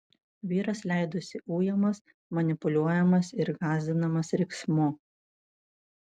vyras leidosi ujamas manipuliuojamas ir gąsdinamas riksmu